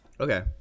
okay